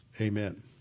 amen